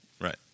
right